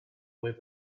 way